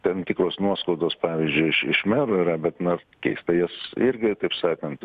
tam tikros nuoskaudos pavyzdžiui iš iš merų yra bet na keista jos irgi taip sakant